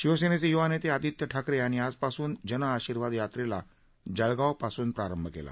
शिवसेनेचे युवा नेते आदित्य ठाकरे यांनी आजपासून जन आशीर्वाद यात्रेला जळगावपासून प्रारंभ केला